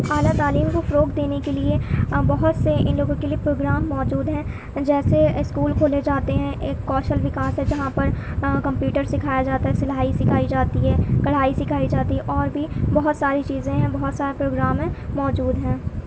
اعلیٰ تعلیم کو فروغ دینے کے لیے بہت سے ان لوگوں کے لیے پروگرام موجود ہیں جیسے اسکول کو لے جاتے ہیں ایک کوشل وکاس ہے جہاں پر کمپیوٹر سکھایا جاتا ہے سلائی سکھائی جاتی ہے کڑھائی سکھائی جاتی ہے اور بھی بہت ساری چیزیں ہیں بہت سارے پروگرام ہیں موجود ہیں